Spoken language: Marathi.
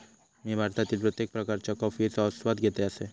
मी भारतातील प्रत्येक प्रकारच्या कॉफयेचो आस्वाद घेतल असय